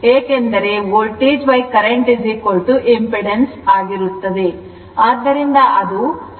ಏಕೆಂದರೆ voltagecurrent impedance ಆಗಿರುತ್ತದೆ